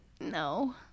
no